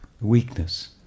Weakness